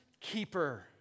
keeper